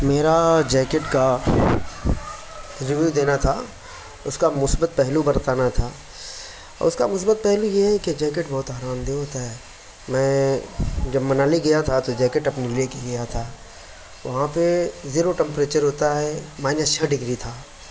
میرا جیکٹ کا ریویو دینا تھا اس کا مثبت پہلو بتانا تھا اس کا مثبت پہلو یہ ہے کہ جیکیٹ بہت آرام دہ ہوتا ہے میں جب منالی گیا تھا تو جیکٹ اپنی لے کے گیا تھا وہاں پہ زیرو ٹیمپریچر ہوتا ہے مائنس چھ ڈگری تھا